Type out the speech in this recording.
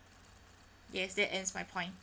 yes that ends my point